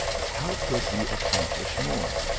but how could he accomplish more.